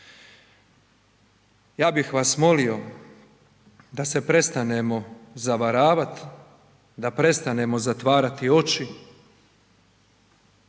Ja bih vas molio da se prestanemo zavaravat da prestanemo zatvarati oči,